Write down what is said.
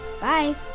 Bye